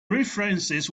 references